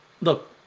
look